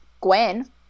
Gwen